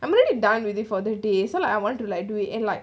I'm already done with it for the day so like I want to like do it and like